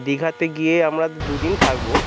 দীঘাতে গিয়ে আমরা দু দিন থাকবো